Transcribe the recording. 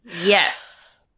Yes